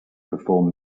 perform